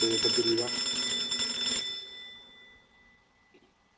ते बजरी दा